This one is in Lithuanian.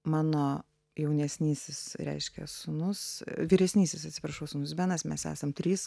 mano jaunesnysis reiškia sūnus vyresnysis atsiprašau sūnus benas mes esam trys